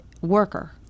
worker